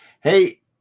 Hey